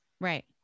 Right